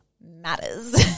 matters